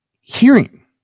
hearing